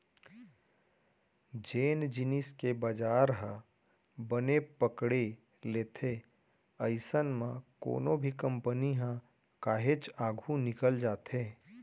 जेन जिनिस के बजार ह बने पकड़े लेथे अइसन म कोनो भी कंपनी ह काहेच आघू निकल जाथे